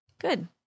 Good